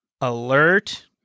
Alert